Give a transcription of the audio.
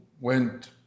went